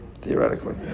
theoretically